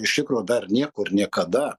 iš tikro dar niekur niekada